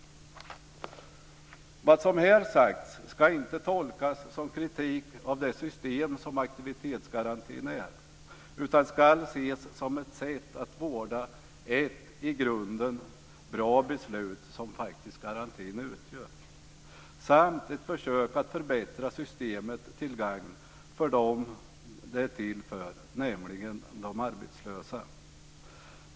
Vad som här har sagts ska inte tolkas som kritik av det system som aktivitetsgarantin är, utan det ska ses som ett sätt att vårda ett i grunden bra beslut, som ju faktiskt garantin är, samt som ett försök att förbättra systemet till gagn för dem som det är till för, nämligen de arbetslösa.